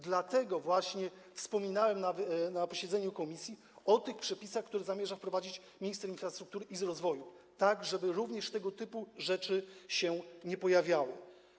Dlatego właśnie wspominałem na posiedzeniu komisji o tych przepisach, które zamierza wprowadzić minister infrastruktury i rozwoju, żeby tego typu rzeczy również się nie pojawiały.